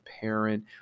parent